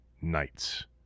nights